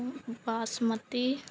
basmati